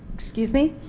excuse me?